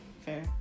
Fair